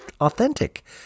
authentic